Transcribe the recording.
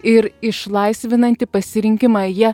ir išlaisvinantį pasirinkimą ja